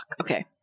Okay